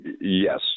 yes